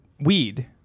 weed